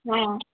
हा